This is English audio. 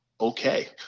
okay